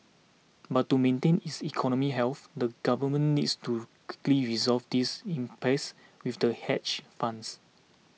but to maintain its economic health the government needs to quickly resolve this impasse with the hedge funds